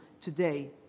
today